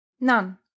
None